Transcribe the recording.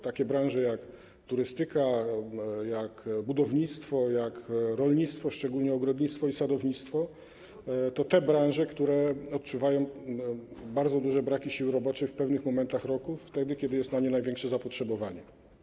Takie branże jak turystyka, jak budownictwo, jak rolnictwo, szczególnie ogrodnictwo i sadownictwo, to te branże, które odczuwają bardzo duże braki siły roboczej w pewnych momentach roku, wtedy kiedy jest na nie największe zapotrzebowanie.